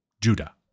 Judah